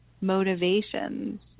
motivations